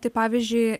tai pavyzdžiui